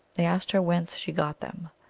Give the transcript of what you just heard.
they asked her whence she got them.